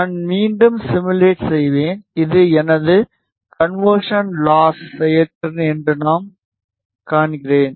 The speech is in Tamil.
நான் மீண்டும் சிமுலேட் செய்வேன் இது எனது கன்வெர்சன் லாஸ் செயல்திறன் என்று நான் காண்கிறேன்